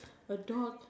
the dog